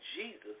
Jesus